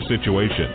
situation